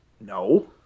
no